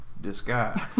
Disguise